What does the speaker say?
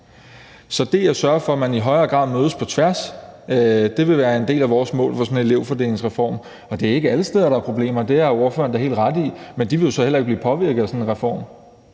Så det at sørge for, at man i højere grad mødes på tværs, vil være en del af vores mål med sådan en elevfordelingsform. Ordføreren har da helt ret i, at det ikke er alle steder, der er problemer, men de vil jo så heller ikke blive påvirket af sådan en reform.